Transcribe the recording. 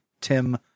Tim